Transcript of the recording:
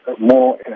more